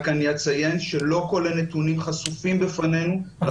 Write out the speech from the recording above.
אני רק אציין שלא כל הנתונים חשופים בפנינו.